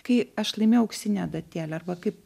kai aš laimėjau auksinę adatėlę arba kaip